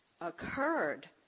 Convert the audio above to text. occurred